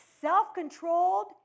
self-controlled